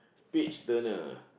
page turner